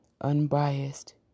unbiased